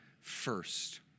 First